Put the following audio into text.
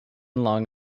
long